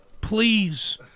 please